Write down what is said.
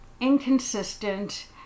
inconsistent